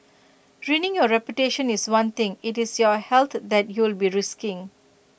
ruining your reputation is one thing IT is your health that you'll be risking